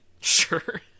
Sure